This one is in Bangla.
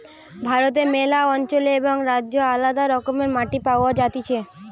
ভারতে ম্যালা অঞ্চলে এবং রাজ্যে আলদা রকমের মাটি পাওয়া যাতিছে